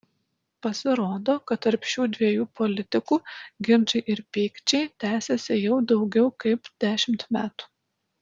pasirodo kad tarp šių dviejų politikų ginčai ir pykčiai tęsiasi jau daugiau kaip dešimt metų